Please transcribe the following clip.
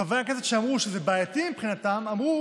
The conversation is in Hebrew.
חברי הכנסת שאמרו שזה בעייתי מבחינתם אמרו: